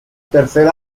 tercer